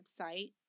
website